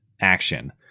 action